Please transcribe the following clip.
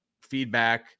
feedback